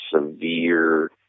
severe